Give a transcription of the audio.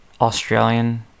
australian